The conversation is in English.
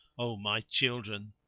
o my children,